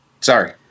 Sorry